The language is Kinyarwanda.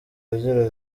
agira